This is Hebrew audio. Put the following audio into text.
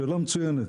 שאלה מצוינת.